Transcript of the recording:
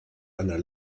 einer